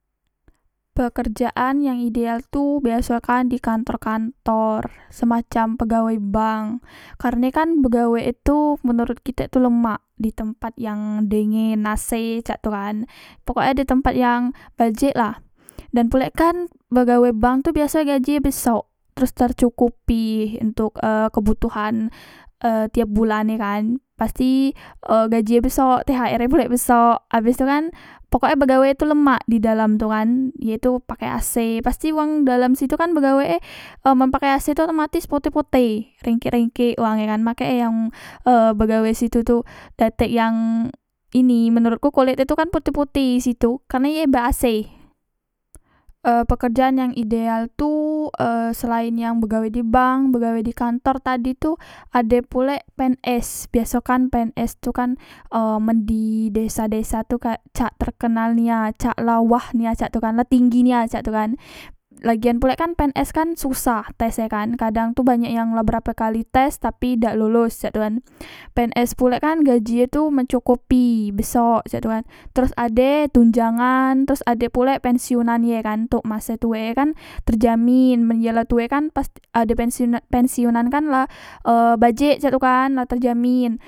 Pekerjaan yang ideal tu biasoe kan dikantor kantor semacam pegawai bank karne e kan begawe e tu menurut kitek lemak ditempat yang dengen ac cak tu kan pokok e ado tempat yang bajek la dan pulek kan begawe bank tu biaso e gajik e besok teros tercukup i ontok e kebutuhan e tiap bulan e kan pasti gajik e besok thr e pulek besok abes tu kan pokok e begawe tu lemak di dalam tu kan ye tu pake ac pasti wang dalam situ kan begawe e men pake ac tu otomatis poteh poteh ringkek ringkek wange kan makek e yang begawe disitu tu dak tek yang ini menorotku kolet e kan putih putih situ karne ye be ac e pekerjaan yang ideal tu e selaen yang begawe di bank begawe di kantor tadi tu ade pulek pns biaso kan pns tu kan e men di desa desa tu kan cak e terkenal nia cak la wah nia cak tu kan cak la tinggi nia cak tu kan lagian pulek kan pns kan susah tes e kan kadang tu la banyak yang berape kali tes tapi dak lolos cek tu kan pns pulek kan gaji e tu mencukupi besok cak tu kan teros ade tunjangan teros ade pulek pensiunan ye kan ntok mase tue e kan terjamin men ye la tue kan pas ade pensiun pensiunan kan la bajik cek tu kan la terjamin